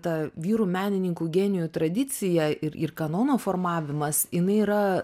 ta vyrų menininkų genijų tradicija ir ir kanono formavimas jinai yra